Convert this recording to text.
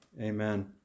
Amen